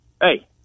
hey